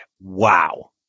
wow